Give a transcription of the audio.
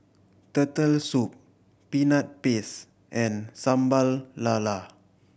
Turtle Soup Peanut Paste and Sambal Lala